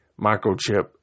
microchip